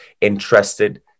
interested